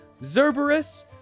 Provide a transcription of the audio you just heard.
Zerberus